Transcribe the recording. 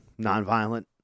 nonviolent